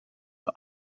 vor